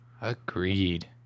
Agreed